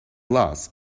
loss